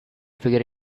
figure